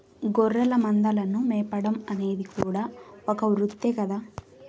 గొర్రెల మందలను మేపడం అనేది కూడా ఒక వృత్తే కదా